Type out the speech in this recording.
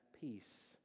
peace